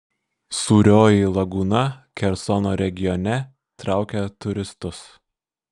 sūrioji lagūna kersono regione traukia turistus